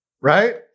right